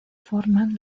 forman